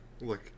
Look